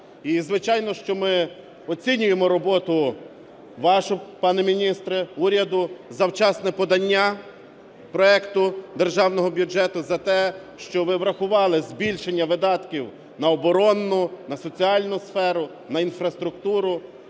І звичайно, що ми оцінюємо роботу вашу, пане міністре, уряду за вчасне подання проекту Державного бюджету, за те, що ви врахували збільшення видатків на оборонну, на соціальну сферу, на інфраструктуру.